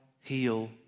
heal